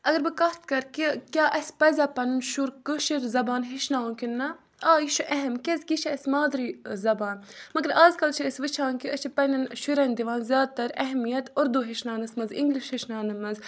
اگر بہٕ کَتھ کَرٕ کہِ کیٛاہ اَسہِ پَزیٛا پَنُن شُر کٲشِر زَبان ہیٚچھناوُن کِنہٕ نہ آ یہِ چھُ اہم کیٛازِکہِ یہِ چھِ اَسہِ مادری زَبان مگر اَزکَل چھِ أسۍ وٕچھان کہِ أسۍ چھِ پنٛنٮ۪ن شُرٮ۪ن دِوان زیادٕ تَر اہمیت اُردو ہیٚچھناوَنس منٛز اِنٛگلِش ہیٚچھناونس منٛز